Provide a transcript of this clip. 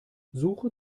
suche